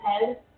head